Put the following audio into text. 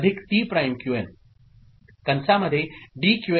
Qn' T'